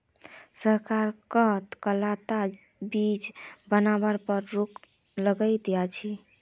सरकार कं कताला चीज बनावार पर रोक लगइं दिया छे